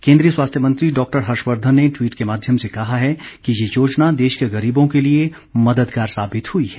केन्द्रीय स्वास्थ्य मंत्री डॉक्टर हषवर्धन ने ट्वीट के माध्यम से कहा है कि ये योजना देश के गरीबों के लिए मददगार साबित हुई है